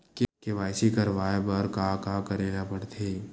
KYC करवाय बर का का करे ल पड़थे?